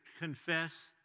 confess